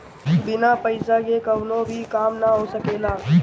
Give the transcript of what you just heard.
बिना पईसा के कवनो भी काम ना हो सकेला